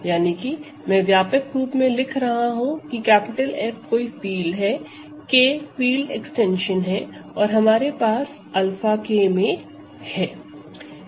यानी कि मैं व्यापक रूप में लिख रहा हूं कि F कोई फील्ड है K फील्ड एक्सटेंशन है और हमारे पास 𝛂 K में है